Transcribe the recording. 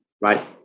right